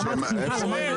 אותן.